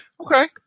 Okay